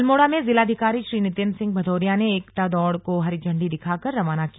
अल्मोड़ा में जिलाधिकारी श्री नितिन सिंह भदौरिया ने एकता दौड़ को हरी झंडी दिखाकर रवाना किया